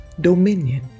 dominion